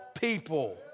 people